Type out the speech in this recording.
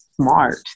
smart